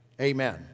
Amen